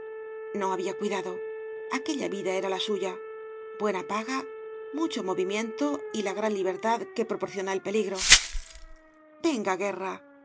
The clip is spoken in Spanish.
no había cuidado aquella vida era la suya buena paga mucho movimiento y la gran libertad que proporciona el peligro venga guerral